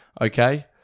Okay